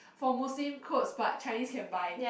for Muslim clothes but Chinese can buy